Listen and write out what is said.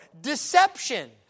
deception